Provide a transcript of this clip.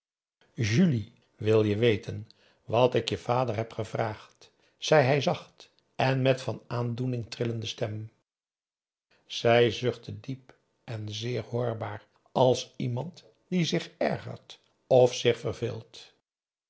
julie wil je weten wat ik je vader heb gevraagd zei hij zacht en met van aandoening trillende stem zij zuchtte diep en zeer hoorbaar als iemand die zich ergert of zich verveelt